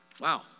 wow